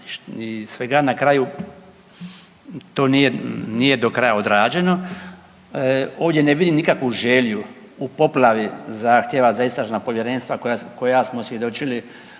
svega, na kraju to nije do kraja odrađeno. Ovdje ne vidim nikakvu želju poplavi zahtjeva za istražna povjerenstva koja smo svjedočili